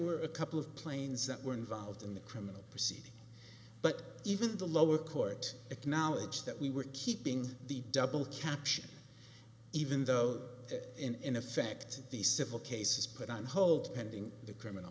were a couple of planes that were involved in the criminal proceeding but even the lower court acknowledge that we were keeping the double caption even though in effect the civil case was put on hold pending the criminal